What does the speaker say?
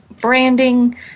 branding